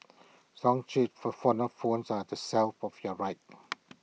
song sheets for xylophones are on the shelf to your right